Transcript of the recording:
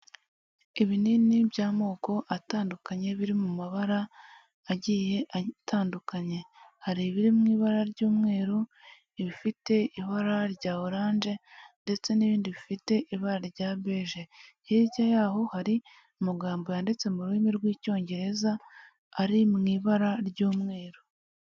Ibinini by'amoko atandukanye, biri mu mabara agiye atandukanye, hari ibiri mu ibara ry'umweru, ibifite ibara rya oranje ndetse n'ibindi bifite ibara rya beje, hirya y'aho hari amagambo yanditse mu rurimi rw'icyongereza ari mu ibara ry'umweru.